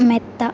മെത്ത